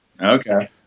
Okay